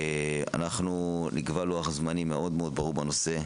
אנחנו נקבע לוח זמנים מאוד מאוד ברור בנושא.